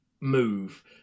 move